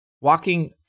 walking